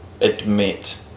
admit